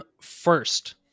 first